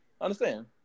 understand